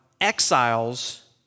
exiles